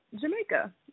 Jamaica